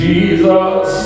Jesus